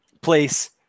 place